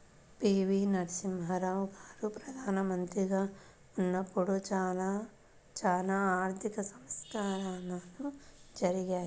పి.వి.నరసింహారావు గారు ప్రదానమంత్రిగా ఉన్నపుడు చానా ఆర్థిక సంస్కరణలు జరిగాయి